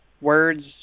Words